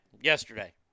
yesterday